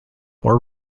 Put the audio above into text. more